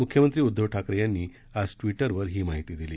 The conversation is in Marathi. मुख्यमंत्री उद्धव ठाकरे यांनी आज ट्वीटरवर ही माहिती दिली